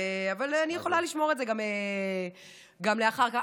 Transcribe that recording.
אבל אני יכולה לשמור את זה גם לאחר כך.